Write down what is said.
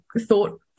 thought